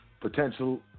potential